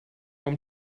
vom